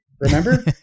remember